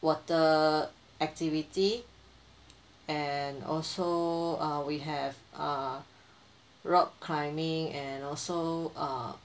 water activity and also uh we have uh rock climbing and also uh